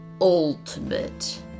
ultimate